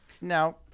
now